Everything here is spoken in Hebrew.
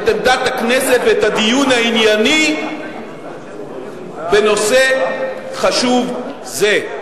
את עמדת הכנסת ואת הדיון הענייני בנושא חשוב זה.